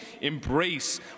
embrace